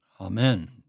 Amen